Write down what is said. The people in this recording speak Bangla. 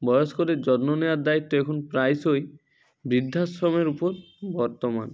বয়স্কদের যত্ন নেওয়ার দায়িত্ব এখন প্রায়শই বৃদ্ধাশ্রমের উপর বর্তমান